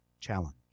challenge